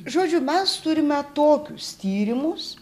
žodžiu mes turime tokius tyrimus